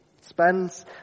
spends